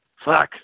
Fuck